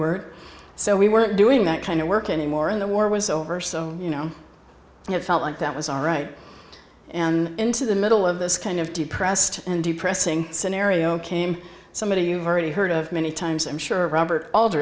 word so we weren't doing that kind of work anymore in the war was over so you know it felt like that was all right and into the middle of this kind of depressed and depressing scenario came somebody you've already heard of many times i'm sure robert al